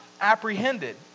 apprehended